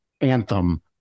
anthem